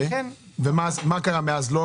מה קרה מאז?